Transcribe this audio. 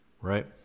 right